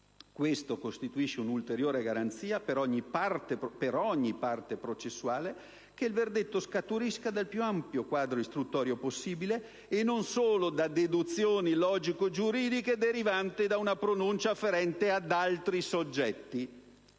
Questo costituisce un'ulteriore garanzia, per ogni parte processuale, che il verdetto scaturisca dal più ampio quadro istruttorio possibile e non solo da deduzioni logico-giuridiche provenienti da una pronuncia afferente ad altri soggetti».